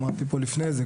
אמרתי פה לפני זה,